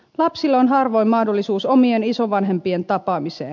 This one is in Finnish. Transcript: lapsilla on harvoin mahdollisuus omien isovanhempien tapaamiseen